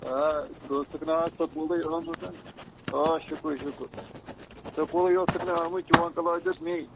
آ ژٕ ٲسٕکھ نہٕ آز سکوٗلٕے آمٕژَن آ شُکُر شُکُر سکوٗلٕے ٲسٕکھ نہٕ آمٕچ چون کَلاس دیُت مے